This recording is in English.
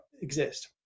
exist